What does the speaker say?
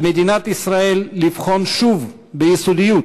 על מדינת ישראל לבחון שוב ביסודיות